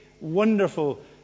wonderful